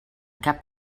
cap